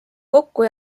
kokku